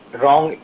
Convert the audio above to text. wrong